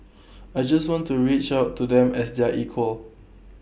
I just want to reach out to them as their equal